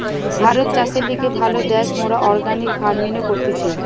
ভারত চাষের লিগে ভালো দ্যাশ, মোরা অর্গানিক ফার্মিনো করতেছি